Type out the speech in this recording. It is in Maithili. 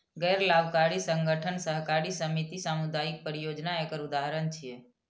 गैर लाभकारी संगठन, सहकारी समिति, सामुदायिक परियोजना एकर उदाहरण छियै